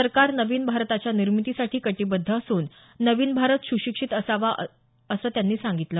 सरकार नवीन भारताच्या निर्मितीसाठी कटिबद्ध असून नवीन भारत सुशिक्षित भारत असावा असं त्यांनी सांगितलं